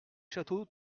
châteaux